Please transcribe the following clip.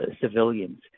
civilians